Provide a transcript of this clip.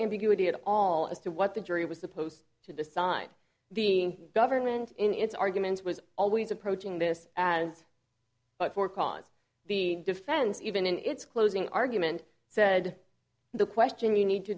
ambiguity at all as to what the jury was supposed to decide the government in its arguments was always approaching this as but for cause the defense even in its closing argument said the question you need to